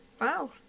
Wow